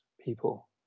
people